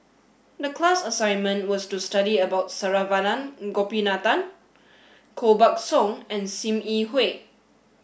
the class assignment was to study about Saravanan Gopinathan Koh Buck Song and Sim Yi Hui